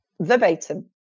verbatim